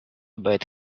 bad